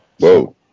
Whoa